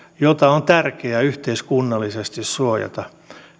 jota on tärkeää yhteiskunnallisesti suojata